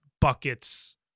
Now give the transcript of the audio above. buckets